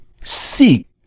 Seek